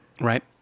Right